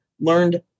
learned